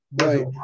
Right